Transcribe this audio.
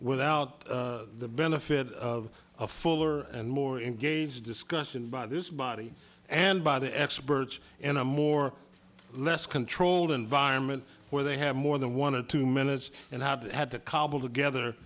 without the benefit of a fuller and more engaged discussion by this body and by the experts in a more or less controlled environment where they have more than one to two minutes and have had to cobble together